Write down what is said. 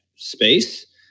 space